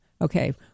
Okay